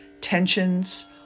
tensions